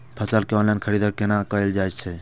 फसल के ऑनलाइन खरीददारी केना कायल जाय छै?